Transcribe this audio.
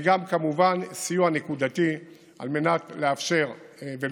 וגם כמובן סיוע נקודתי, על מנת לאושש